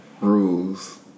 rules